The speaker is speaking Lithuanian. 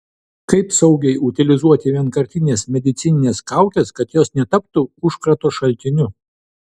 kaip saugiai utilizuoti vienkartines medicinines kaukes kad jos netaptų užkrato šaltiniu